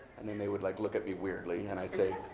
and then, they would like look at me weirdly. and i'd say,